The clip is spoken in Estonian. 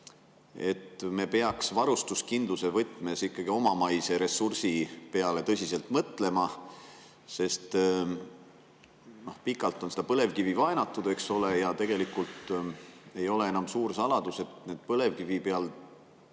et me peaksime varustuskindluse võtmes ikkagi omamaise ressursi peale tõsiselt mõtlema hakkama? Pikalt on põlevkivi vaenatud, eks ole, ja tegelikult ei ole enam suur saladus, et põlevkivil